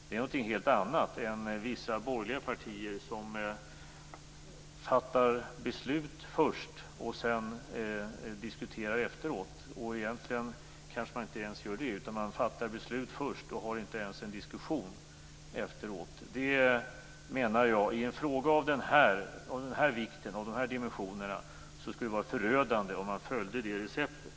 Det är något helt annat jämfört med vissa borgerliga partier som först fattar beslut och sedan diskuterar. Egentligen gör man kanske inte ens det, utan man fattar beslut först. Inte ens efteråt har man en diskussion. I en fråga av den här dimensionen skulle det, menar jag, vara förödande att följa det receptet.